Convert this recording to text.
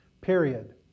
period